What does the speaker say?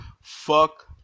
Fuck